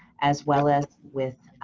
as well as with